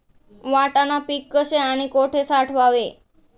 वाटाणा पीक कसे आणि कुठे साठवावे?